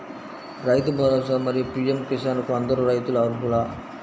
రైతు భరోసా, మరియు పీ.ఎం కిసాన్ కు అందరు రైతులు అర్హులా?